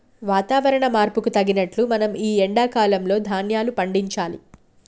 వాతవరణ మార్పుకు తగినట్లు మనం ఈ ఎండా కాలం లో ధ్యాన్యాలు పండించాలి